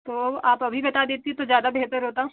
तो आप अभी बता देती तो ज्यादा बेहतर होता